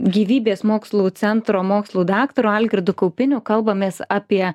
gyvybės mokslų centro mokslų daktaru algirdu kaupiniu kalbamės apie